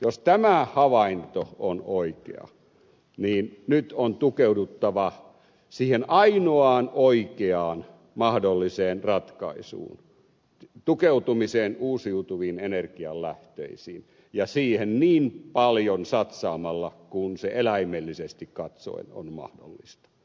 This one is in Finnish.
jos tämä havainto on oikea niin nyt on tukeuduttava siihen ainoaan oikeaan mahdolliseen ratkaisuun tukeuduttava uusiutuviin energianlähteisiin ja niihin niin paljon satsaamalla kuin eläimellisesti katsoen on mahdollista